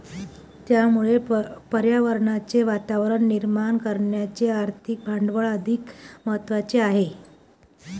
त्यामुळे पर्यावरणाचे वातावरण निर्माण करण्याचे आर्थिक भांडवल अधिक महत्त्वाचे आहे